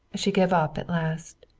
she gave up at last.